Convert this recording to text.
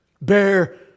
Bear